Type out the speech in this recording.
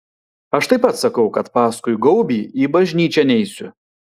aš taip pat sakau kad paskui gaubį į bažnyčią neisiu